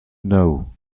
know